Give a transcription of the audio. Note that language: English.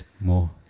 More